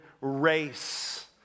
race